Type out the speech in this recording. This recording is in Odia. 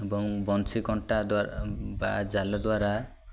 ଏବଂ ବଂଶୀ କଣ୍ଟା ଦ୍ୱାରା ବା ଜାଲ ଦ୍ୱାରା